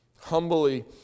humbly